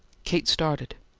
kate started.